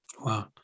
wow